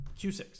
Q6